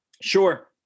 Sure